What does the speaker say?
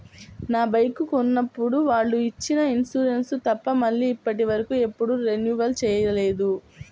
నా బైకు కొన్నప్పుడు వాళ్ళు ఇచ్చిన ఇన్సూరెన్సు తప్ప మళ్ళీ ఇప్పటివరకు ఎప్పుడూ రెన్యువల్ చేయలేదు